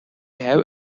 have